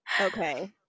Okay